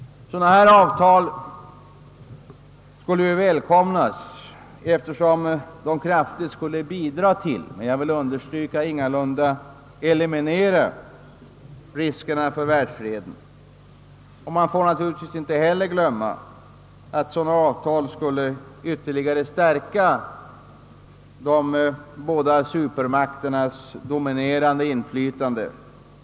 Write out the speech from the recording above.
Sådana avtal skulle välkomnas eftersom de kraftigt skulle bidraga till men, jag vill understryka, ingalunda eliminera riskerna för världsfreden. Man får naturligtvis inte heller glömma att sådana avtal ytterligare skulle stärka de båda supermakternas dominerande inflytande.